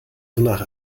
wonach